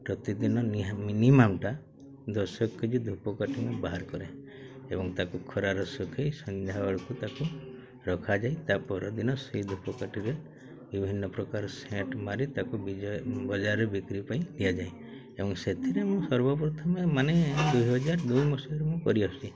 ପ୍ରତିଦିନ ମିନିମମ୍ଟା ଦଶ କେଜି ଧୂପକାଠି ମୁଁ ବାହାର କରେ ଏବଂ ତାକୁ ଖରାର ଶୁଖାଇ ସନ୍ଧ୍ୟାବେଳକୁ ତାକୁ ରଖାଯାଏ ତା ପରଦିନ ସେଇ ଧୂପକାଠିରେ ବିଭିନ୍ନ ପ୍ରକାର ସେଣ୍ଟ୍ ମାରି ତାକୁ ବଜାରରେ ବିକ୍ରି ପାଇଁ ଦିଆଯାଏ ଏବଂ ସେଥିରେ ମୁଁ ସର୍ବପ୍ରଥମେ ମାନେ ଦୁଇ ହଜାର ଦୁଇ ମସିଆରୁ ମୁଁ କରି